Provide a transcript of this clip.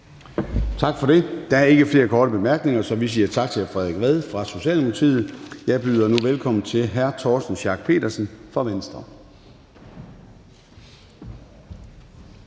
Gade): Der er ikke flere korte bemærkninger, så vi siger tak til hr. Frederik Vad fra Socialdemokratiet. Jeg byder nu velkommen til hr. Torsten Schack Pedersen fra Venstre.